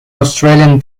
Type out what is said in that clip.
australian